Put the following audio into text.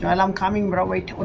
and um um coming but week